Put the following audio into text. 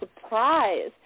surprise